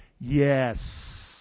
Yes